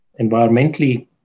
environmentally